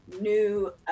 new